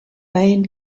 bain